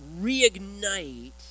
reignite